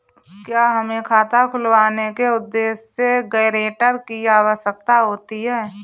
क्या हमें खाता खुलवाने के उद्देश्य से गैरेंटर की आवश्यकता होती है?